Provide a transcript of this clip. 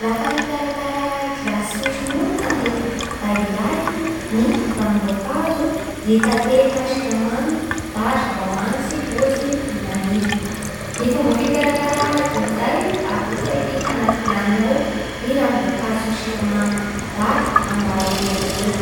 Lafa hikarakara gilasy tsy misy ronono zany e da ilay ny ranom-boankazo, ny tantely na ny siramamy, da zava-magnitsy ohatsy ny vanily. Ny fomba fikarakara azy io amin'izay arotsaky agnaty vilany ao ny ranom-boankazo, siramamy, da anga eo elaela.